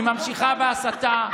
היא ממשיכה בהסתה.